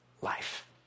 life